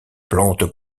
plante